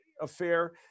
Affair